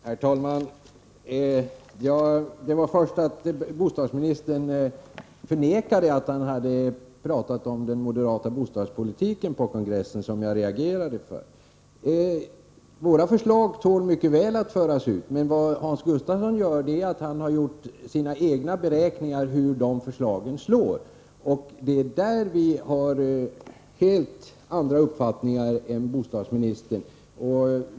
Herr talman! Det var det förhållandet att bostadsministern förnekade att han hade talat om den moderata bostadspolitiken på kongressen som jag reagerade mot. Våra förslag tål mycket väl att föras ut, men vad Hans Gustafsson gjort är att han fört fram sina egna beräkningar av hur dessa förslag slår. Där har vi helt andra uppfattningar än bostadsministern.